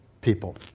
people